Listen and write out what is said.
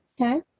Okay